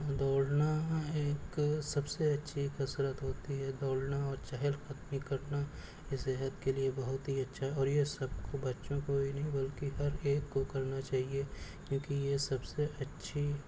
دوڑنا ایک سب سے اچھی کسرت ہوتی ہے دوڑنا اور چہل قدمی کرنا یہ صحت کے لیے بہت ہی اچھا اور یہ سب کو بچوں کو ہی نہیں بلکہ ہر ایک کو کرنا چاہیے کیوں کہ یہ سب سے اچھی